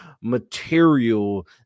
material